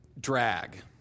drag